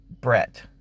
Brett